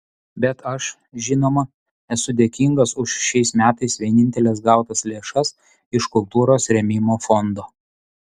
bet aš žinoma esu dėkingas už šiais metais vieninteles gautas lėšas iš kultūros rėmimo fondo